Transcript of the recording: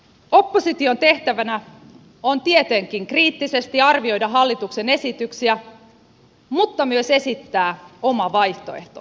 opposition tehtävänä on tietenkin kriittisesti arvioida hallituksen esityksiä mutta myös esittää oma vaihtoehtonsa